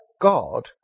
God